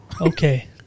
Okay